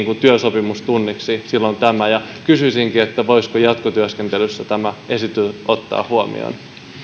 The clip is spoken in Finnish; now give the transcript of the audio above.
työsopimustunneiksi silloin tämä kysyisinkin voisiko jatkotyöskentelyssä tämän esitetyn ottaa huomioon